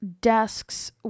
desks